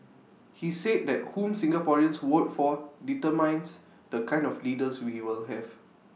he said that whom Singaporeans vote for determines the kind of leaders we will have